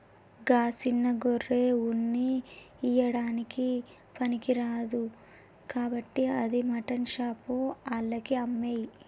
గా సిన్న గొర్రె ఉన్ని ఇయ్యడానికి పనికిరాదు కాబట్టి అది మాటన్ షాప్ ఆళ్లకి అమ్మేయి